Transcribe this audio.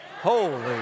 Holy